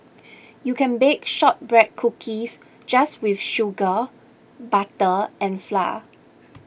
you can bake Shortbread Cookies just with sugar butter and flour